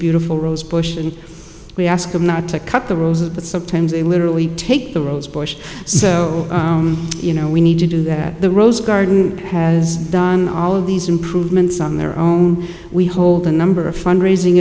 beautiful rose bush and we ask them not to cut the roses but sometimes they literally take the rose bush so you know we need to do that the rose garden has done all of these improvements on their own we hold a number of fundraising